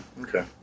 okay